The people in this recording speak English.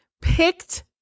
picked